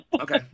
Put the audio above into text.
Okay